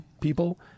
people